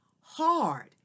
hard